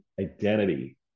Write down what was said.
identity